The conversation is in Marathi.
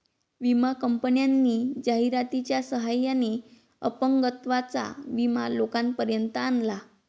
विमा कंपन्यांनी जाहिरातीच्या सहाय्याने अपंगत्वाचा विमा लोकांपर्यंत आणला